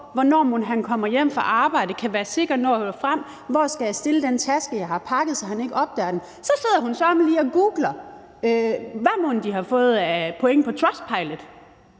hvornår han mon kommer hjem fra arbejde, og om hun kan være sikker på at nå frem, og hvor hun skal stille den taske, hun har pakket, så han ikke opdager den, nej, så sidder hun søreme lige og googler, hvad de mon har fået af point på Trustpilot,